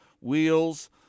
wheels